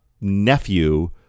nephew